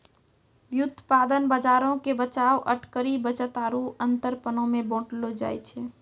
व्युत्पादन बजारो के बचाव, अटकरी, बचत आरु अंतरपनो मे बांटलो जाय छै